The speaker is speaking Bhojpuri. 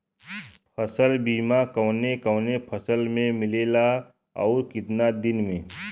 फ़सल बीमा कवने कवने फसल में मिलेला अउर कितना दिन में?